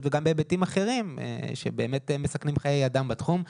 וגם בהיבטים אחרים שבאמת מסכנים חיי אדם בתחום.